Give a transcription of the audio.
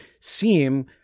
seem